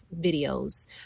videos